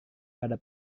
pada